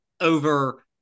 over